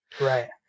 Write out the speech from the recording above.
Right